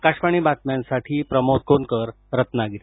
आकाशवाणीच्या बातम्यांसाठी प्रमोद कोनकर रत्नागिरी